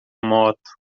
moto